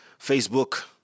Facebook